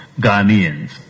Ghanaians